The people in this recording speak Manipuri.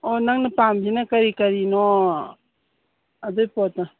ꯑꯣ ꯅꯪꯅ ꯄꯥꯝꯃꯤꯁꯤꯅ ꯀꯔꯤ ꯀꯔꯤꯅꯣ ꯑꯗꯨꯒꯤ ꯄꯣꯠꯇꯣ